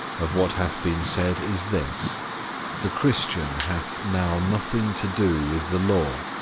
of what hath been said is this the christian hath now nothing to do with the law,